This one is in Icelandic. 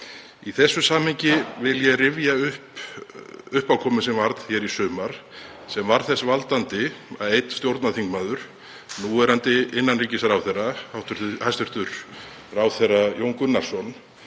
Í þessu samhengi vil ég rifja upp uppákomu sem varð hér í sumar sem varð þess valdandi að einn stjórnarþingmaður, núverandi innanríkisráðherra, hæstv. ráðherra Jón Gunnarsson,